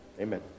Amen